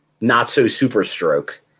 not-so-super-stroke